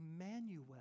Emmanuel